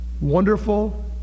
wonderful